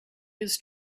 his